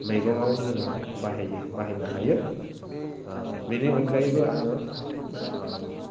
मैगङाव जोङो बाहायो बाहायनो हायो बेनि अनगायैबो आङो